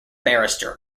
barrister